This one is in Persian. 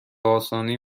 آسانی